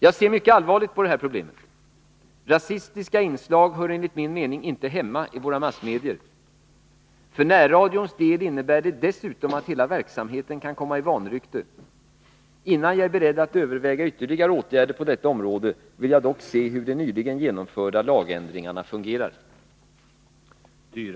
Jag ser mycket allvarligt på det här problemet. Rasistiska inslag hör enligt min mening inte hemma i våra massmedier. För närradions del innebär det dessutom att hela verksamheten kan komma i vanrykte. Innan jag är beredd att överväga ytterligare åtgärder på detta område, vill jag dock se hur de nyligen genomförda lagändringarna fungerar.